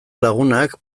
lagunak